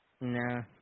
No